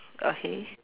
okay